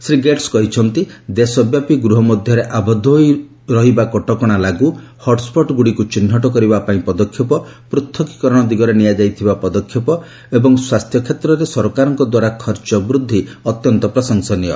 Shri Gates କହିଚ୍ଚନ୍ତି ଦେଶବ୍ୟାପୀ ଗୃହମଧ୍ୟରେ ଆବଦ୍ଧ ହୋଇ ରହିବା କଟକଣା ଲାଗୁ ହଟ୍ସଟ୍ଗୁଡ଼ିକୁ ଚିହ୍ନଟ କରିବା ପାଇଁ ପଦକ୍ଷେପ ପୃଥକୀକରଣ ଦିଗରେ ନିଆଯାଇଥିବା ପଦକ୍ଷେପ ଓ ସ୍ୱାସ୍ଥ୍ୟକ୍ଷେତ୍ରରେ ସରକାରଙ୍କ ଦ୍ୱାରା ଖର୍ଚ୍ଚ ବୃଦ୍ଧି ଅତ୍ୟନ୍ତ ପ୍ରଶଂସନୀୟ